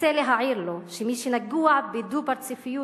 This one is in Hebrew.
ארצה להעיר לו שמי שנגוע בדו-פרצופיות